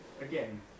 Again